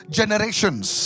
generations